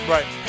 Right